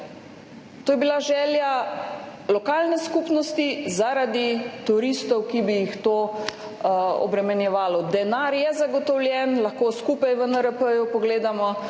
to je bila želja lokalne skupnosti zaradi turistov, ki bi jih to obremenjevalo. Denar je zagotovljen, lahko skupaj v NRP pogledamo.